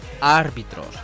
árbitros